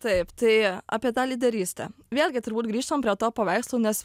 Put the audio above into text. taip tai apie tą lyderystę vėlgi turbūt grįžtam prie to paveikslo nes